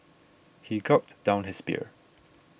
he gulped down his beer